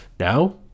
Now